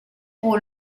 pour